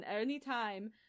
anytime